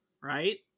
right